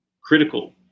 critical